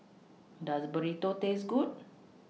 Does Burrito Taste Good